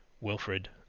Wilfred